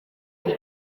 ati